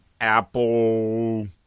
Apple